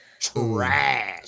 Trash